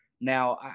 Now